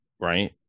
right